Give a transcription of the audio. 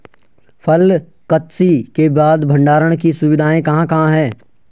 फसल कत्सी के बाद भंडारण की सुविधाएं कहाँ कहाँ हैं?